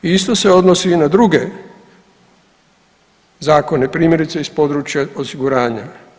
I isto se odnosi i na druge zakone primjerice iz područja osiguranja.